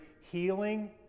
healing